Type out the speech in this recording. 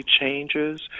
changes